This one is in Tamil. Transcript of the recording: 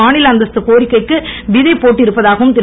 மாநில அந்தஸ்து கோரிக்கைக்கு விதை போட்டிருப்பதாகவும் திரு